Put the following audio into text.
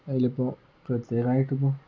അതിലിപ്പോൾ പ്രത്യേകമായിട്ടിപ്പം